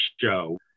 show